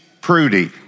prudy